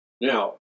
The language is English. Now